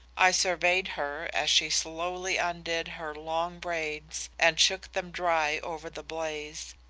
i surveyed her as she slowly undid her long braids and shook them dry over the blaze,